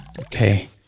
Okay